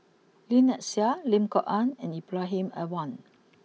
Lynnette Seah Lim Kok Ann and Ibrahim Awang